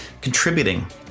contributing